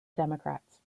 democrats